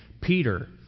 Peter